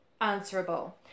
answerable